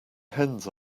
hens